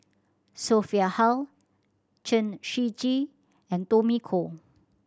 Sophia Hull Chen Shiji and Tommy Koh